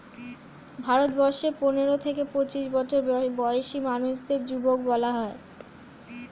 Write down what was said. ভারতবর্ষে পনেরো থেকে পঁচিশ বছর বয়সী মানুষদের যুবক বলা হয়